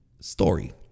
Story